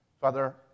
Father